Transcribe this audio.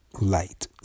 light